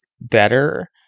better